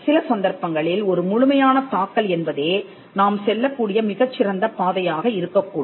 சில சந்தர்ப்பங்களில் ஒரு முழுமையான தாக்கல் என்பதே நாம் செல்லக்கூடிய மிகச்சிறந்த பாதையாக இருக்கக்கூடும்